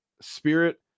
spirit